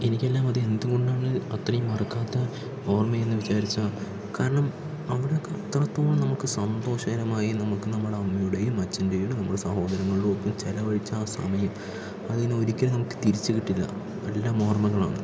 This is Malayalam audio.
എനിക്ക് എല്ലാം അത് എന്തുകൊണ്ടാണ് അത്രയും മറക്കാത്ത ഓർമയെന്ന് വിചാരിച്ചാൽ കാരണം അവിടെയൊക്കെ അത്രത്തോളം നമുക്ക് സന്തോഷകരമായി നമുക്ക് നമ്മുടെ അമ്മയുടെയും അച്ഛൻ്റെയും നമ്മളെ സഹോദരങ്ങളുടെയും ഒപ്പം ചിലവഴിച്ച ആ സമയം അത് ഇനി ഒരിക്കലും നമുക്ക് തിരിച്ച് കിട്ടില്ല എല്ലാം ഓർമകളാണ്